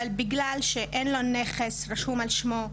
אבל בגלל שאין לו נכס רשום על שמו,